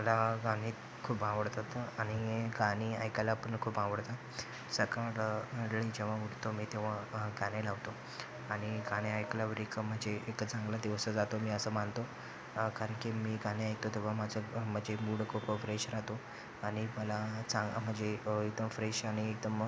मला गाणी खूप आवडतात आणि गाणी ऐकायला पण खूप आवडतं सकाळी जेव्हा उठतो मी तेव्हा गाणी लावतो आणि गाणी ऐकल्यावर एक म्हणजे एक चांगला दिवस जातो मी असं मानतो कारण की मी गाणी ऐकतो तेव्हा माझं म्हणजे मूड खूप फ्रेश राहतो आणि मला चांग म्हणजे एकदम फ्रेश आणि एकदम